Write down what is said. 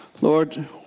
Lord